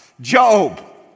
Job